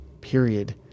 period